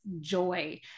joy